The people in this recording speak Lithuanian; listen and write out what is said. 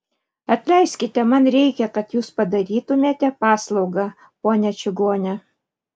atleiskite man reikia kad jūs padarytumėte paslaugą ponia čigone